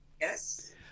Yes